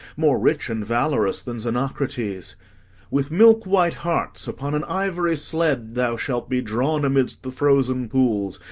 more rich and valurous than zenocrate's with milk-white harts upon an ivory sled thou shalt be drawn amidst the frozen pools,